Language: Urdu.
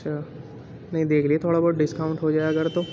اچھا نہیں دیکھ لیجیے تھوڑا بہت ڈسکاؤنٹ ہو جائے اگر تو